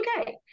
okay